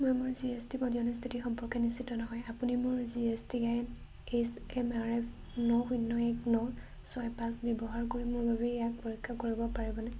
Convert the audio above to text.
মই মোৰ G S T পঞ্জীয়নৰ স্থিতি সম্পৰ্কে নিশ্চিত নহয় আপুনি মোৰ G S T I H M R I ন শূন্য এক ন ছয় পাঁচ ব্যৱহাৰ কৰি মোৰ বাবে ইয়াক পৰীক্ষা কৰিব পাৰিবনে